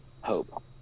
hope